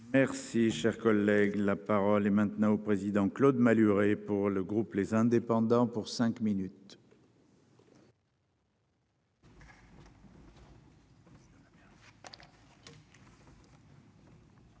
Merci, cher collègue, la parole est maintenant au président Claude Malhuret, pour le groupe. Les indépendants pour cinq minutes.